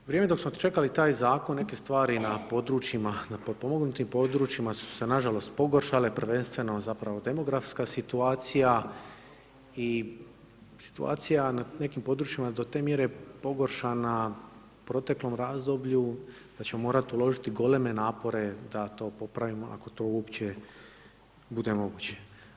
Vrijeme dok smo čekali taj Zakon, neke stvari na područjima, na potpomognutim područjima su se, nažalost, pogoršale, prvenstveno zapravo demografska situacija i situacija na nekim područjima do te mjere pogoršana u proteklom razdoblju da ćemo morati uložiti goleme napore da to popravimo, ako to uopće bude moguće.